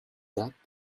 that